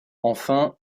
enfin